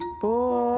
Boy